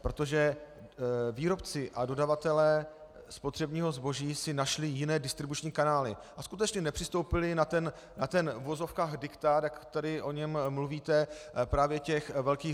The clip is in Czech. Protože výrobci a dodavatelé spotřebního zboží si našli jiné distribuční kanály a skutečně nepřistoupili na ten, v uvozovkách, diktát, jak tady o něm mluvíte, právě velkých řetězců.